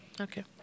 okay